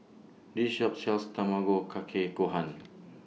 This Shop sells Tamago Kake Gohan